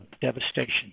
devastation